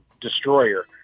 Destroyer